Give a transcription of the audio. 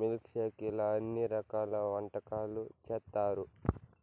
milk shake ఇలా అన్ని రకాల వంటకాలు చేత్తారు